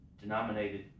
denominated